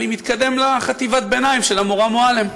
אני מתקדם לחטיבת-הביניים של המורה מועלם.